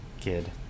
kid